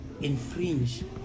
infringe